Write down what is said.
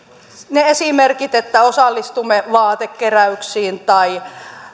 ne esimerkit että osallistumme vaatekeräyksiin tai